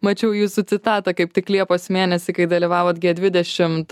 mačiau jūsų citatą kaip tik liepos mėnesį kai dalyvavot g dvidešimt